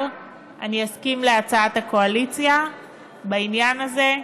אני אסכים להצעת הקואליציה בעניין הזה,